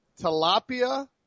tilapia